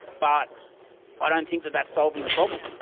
but i don't think that that's solving the problem.